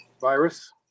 virus